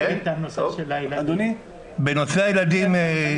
בנושא הילדים,